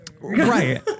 Right